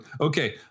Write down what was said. Okay